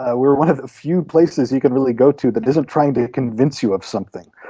ah we're one of the few places you can really go to that isn't trying to convince you of something.